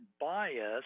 bias